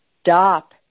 stop